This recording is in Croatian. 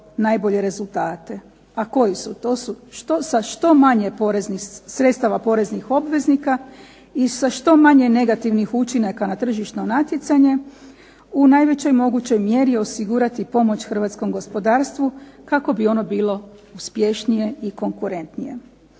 najbolje rezultate. A koji su to? To su sa što manje sredstava poreznih obveznika i sa što manje negativnih učinaka na tržišno natjecanje u najvećoj mogućoj mjeri osigurati pomoć hrvatskom gospodarstvu kako bi ono bilo uspješnije i konkurentnije.